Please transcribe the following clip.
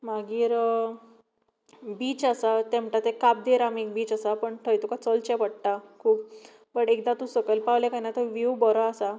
मागीर बीच आसा ते म्हणटा ते काब दे राम एक बीच आसा पूण थंय तुका चलचें चडटा खूब बट एकदां तूं सकयल पावले काय ना तो व्यू बरो आसा